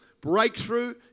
breakthrough